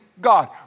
God